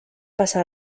passa